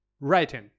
writing